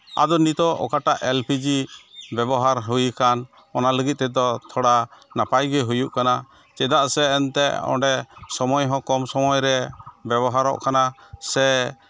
ᱟᱫᱚ ᱱᱤᱛᱳᱜ ᱚᱠᱟᱴᱟᱜ ᱮ ᱞ ᱯᱤ ᱡᱤ ᱵᱮᱵᱚᱦᱟᱨ ᱦᱩᱭᱟᱠᱟᱱ ᱚᱱᱟ ᱞᱟᱹᱜᱤᱫ ᱛᱮᱫᱚ ᱛᱷᱚᱲᱟ ᱱᱟᱯᱟᱭ ᱜᱮ ᱦᱩᱭᱩᱜ ᱠᱟᱱᱟ ᱪᱮᱫᱟᱜ ᱥᱮ ᱚᱱᱛᱮᱫ ᱚᱸᱰᱮ ᱥᱚᱢᱚᱭ ᱦᱚᱸ ᱠᱚᱢ ᱥᱚᱢᱚᱭ ᱨᱮ ᱵᱮᱵᱚᱦᱟᱨᱚᱜ ᱠᱟᱱᱟ ᱥᱮ